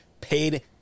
paid